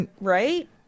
Right